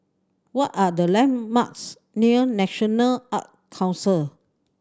what are the landmarks near National Art Council